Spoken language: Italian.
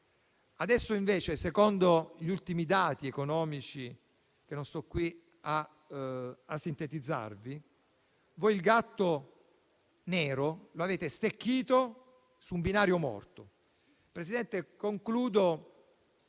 Adesso invece, secondo gli ultimi dati economici che non sto qui a sintetizzare, il gatto (nero) voi lo avete stecchito su un binario morto. Signor Presidente, concludo